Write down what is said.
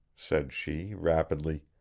said she, rapidly.